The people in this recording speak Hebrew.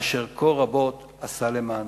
אשר כה רבות עשה למענה.